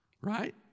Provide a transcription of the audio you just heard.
Right